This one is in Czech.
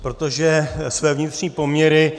Protože své vnitřní poměry